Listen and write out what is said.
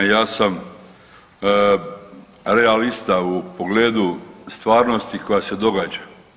Ja sam realista u pogledu stvarnosti koja se događa.